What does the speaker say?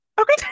Okay